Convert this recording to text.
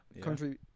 Country